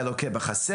היה לוקה בחסר.